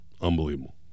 unbelievable